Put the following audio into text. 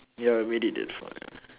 ya you made it that far ya